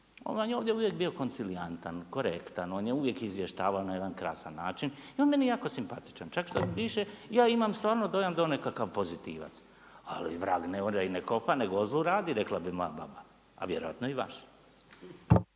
vam je ovdje uvijek koncilijantan, korektan, on je uvijek izvještavao na jedan krasan način, i on je meni jako simpatičan. Čak štoviše, ja imam stvarno dojam da je on nekakav pozitivac. Ali „vrag ne ore i ne kopa, nego o zlu radi“, rekli bi moja baba , a vjerojatno i vaša.